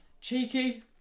Cheeky